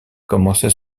commençait